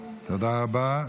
תודה רבה.